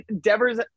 Devers